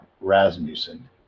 Rasmussen